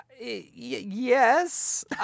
Yes